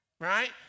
right